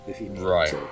Right